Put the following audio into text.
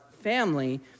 family